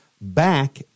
back